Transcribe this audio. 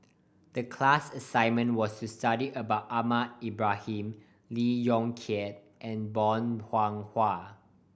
the class assignment was to study about Ahmad Ibrahim Lee Yong Kiat and Bong Hiong Hwa